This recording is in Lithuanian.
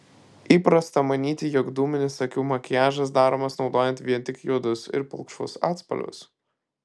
įprasta manyti jog dūminis akių makiažas daromas naudojant vien tik juodus ir pilkšvus atspalvius